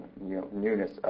newness